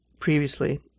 previously